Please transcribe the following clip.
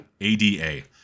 ADA